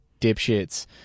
dipshits